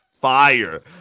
fire